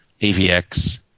AVX –